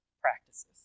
practices